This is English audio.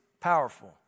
powerful